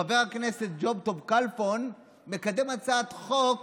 חבר הכנסת ג'וב טוב כלפון מקדם הצעת חוק